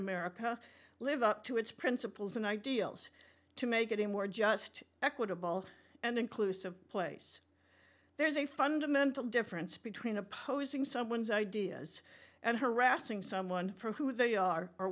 america live up to its principles and ideals to make it a more just equitable and inclusive place there's a fundamental difference between opposing someone's ideas and harassing someone for who they are or